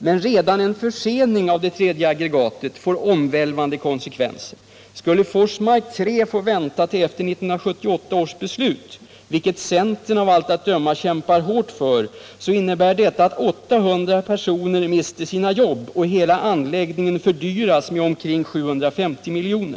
Men redan en försening av det tredje aggregatet får omvälvande kon sekvenser. Skulle Forsmark 3 få vänta till efter 1978 års beslut — vilket centern av allt att döma kämpar hårt för — så innebär detta att 800 personer mister sina jobb och hela anläggningen fördyras med omkring 750 miljoner.